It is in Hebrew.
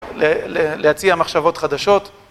להציע מחשבות חדשות.